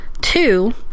Two